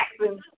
Jackson